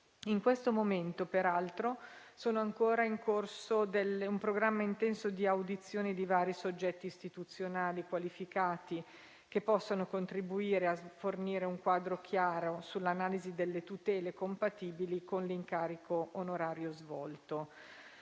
In questo momento, peraltro, è ancora in corso un programma intenso di audizioni di vari soggetti istituzionali qualificati che possono contribuire a fornire un quadro chiaro sull'analisi delle tutele compatibili con l'incarico onorario svolto.